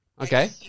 Okay